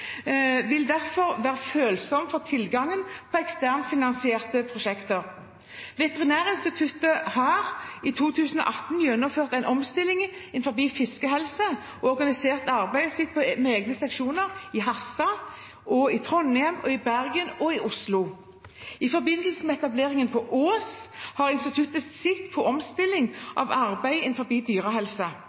vil derfor være følsomt for tilgangen på eksternt finansierte prosjekter. Veterinærinstituttet gjennomførte i 2018 en omstilling innenfor fiskehelse og organiserte arbeidet sitt med egne seksjoner i Harstad, Trondheim, Bergen og Oslo. I forbindelse med etableringen på Ås har instituttet sett på omstilling av arbeidet innenfor dyrehelse. I den omstillingen har instituttet videreført tilstedeværelsen i Sandnes, Trondheim og